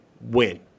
win